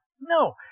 No